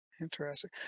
Interesting